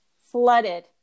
flooded